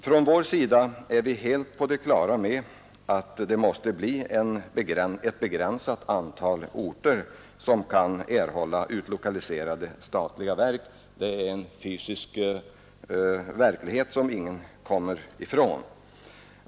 Från vår sida är vi helt på det klara med att det måste bli ett begränsat antal orter som kan erhålla utlokaliserade statliga verk — det är en fysisk verklighet som ingen kommer ifrån.